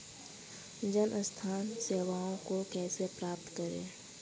जन स्वास्थ्य सेवाओं को कैसे प्राप्त करें?